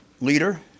leader